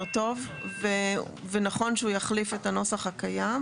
טוב ונכון שהוא יחליף את הנוסח הקיים.